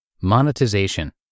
monetization